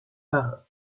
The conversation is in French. par